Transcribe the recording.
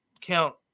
count